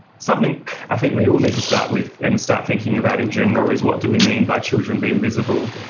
something i think we all need to start with and start thinking about in general is what do we mean by children being invisible?